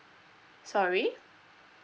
sorry